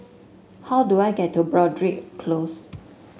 how do I get to Broadrick Close